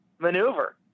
maneuver